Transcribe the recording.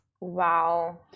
Wow